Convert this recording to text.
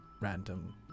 random